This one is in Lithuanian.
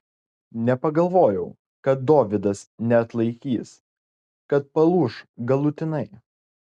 nepagalvojau kad dovydas neatlaikys kad palūš galutinai